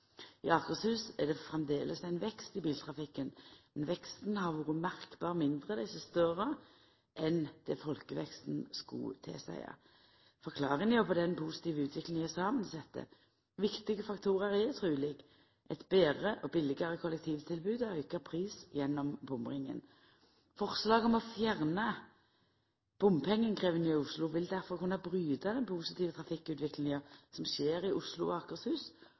I Akershus er det framleis vekst i biltrafikken, men veksten har vore merkbart mindre dei siste åra enn det folkeveksten skulle tilseia. Forklaringa på den positive utviklinga er samansett. Viktige faktorar er truleg eit betre og billigare kollektivtilbod og auka pris gjennom bomringen. Forslaget om å fjerna bompengeinnkrevjinga i Oslo vil difor kunna bryta den positive trafikkutviklinga som skjer i Oslo og Akershus